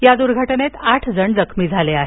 या दुर्घटनेत आठ जण जखमी झाले आहेत